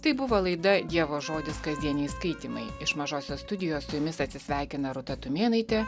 tai buvo laida dievo žodis kasdieniai skaitymai iš mažosios studijos su jumis atsisveikina rūta tumėnaitė